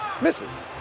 misses